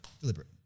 Deliberate